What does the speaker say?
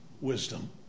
wisdom